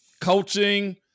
coaching